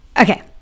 okay